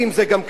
זה גם כנסיות.